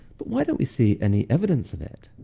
but why don't we see any evidence of it?